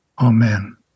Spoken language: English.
Amen